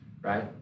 Right